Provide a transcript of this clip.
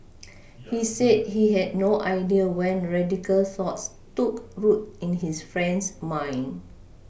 he said he had no idea when radical thoughts took root in his friend's mind